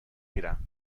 میرم